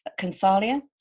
Consalia